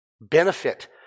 benefit